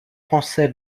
français